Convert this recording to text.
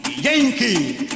Yankee